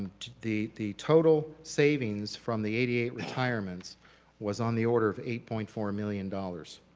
the the total savings from the eighty eight retirements was on the order of eight point four million dollars,